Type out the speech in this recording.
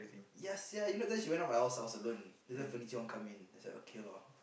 ya sia you know then she went up my house I was alone that's why furniture keep on coming I was like okay lor